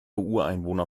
ureinwohner